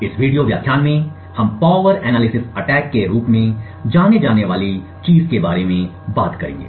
इस वीडियो व्याख्यान में हम पावर एनालिसिस अटैक के रूप में जानी जाने वाली चीज़ के बारे में बात करेंगे